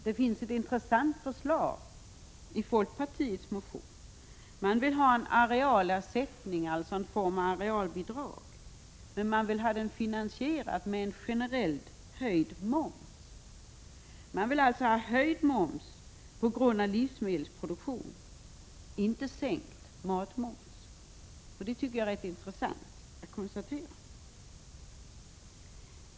Det finns ett intressant förslag i folkpartiets motion: man vill ha en arealersättning, alltså en form av arealbidrag, men man vill ha den finansierad med en generellt höjd moms. Man vill alltså ha höjd moms på grund av livsmedelsproduktion, inte sänkt matmoms. Det tycker jag är rätt intressant att konstatera.